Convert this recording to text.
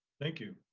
thank you,